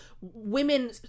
women